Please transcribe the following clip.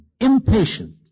impatient